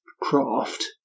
craft